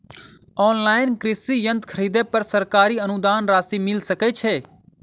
Online कृषि यंत्र खरीदे पर सरकारी अनुदान राशि मिल सकै छैय?